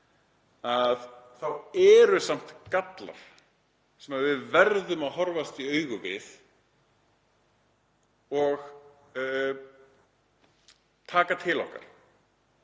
þá eru samt gallar hér sem við verðum að horfast í augu við og taka til okkar,